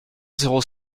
zéro